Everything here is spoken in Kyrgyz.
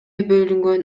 бөлүнгөн